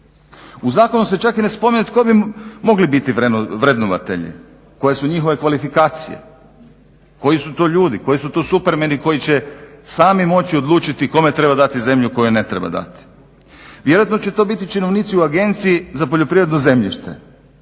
U zakonu se čak i ne spominje tko bi mogli biti vrednovatelji, koje su njihove kvalifikacije, koji su to ljudi, koji su to supermeni koji će sami moći odlučiti kome treba dati zemlju, a kome ne treba dati. Vjerojatno će biti činovnici u Agenciji za poljoprivredno zemljište.